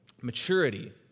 maturity